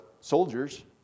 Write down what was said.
soldiers